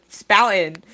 spouting